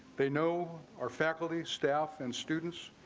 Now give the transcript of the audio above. they know our faculty, staff, and students.